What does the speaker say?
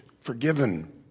forgiven